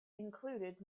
included